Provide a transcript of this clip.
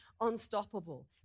unstoppable